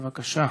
בבקשה.